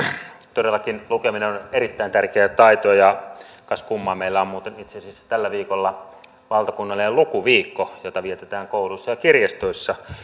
todellakin lukeminen on erittäin tärkeä taito ja kas kummaa meillä on muuten itse asiassa tällä viikolla valtakunnallinen lukuviikko jota vietetään kouluissa ja kirjastoissa